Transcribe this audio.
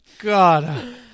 god